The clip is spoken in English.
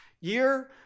year